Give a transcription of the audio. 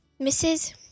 Mrs